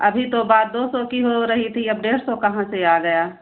अभी तो बात दो सौ की हो रही थी अब डेढ़ सौ कहाँ से आ गया